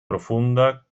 profunda